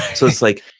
so it's like,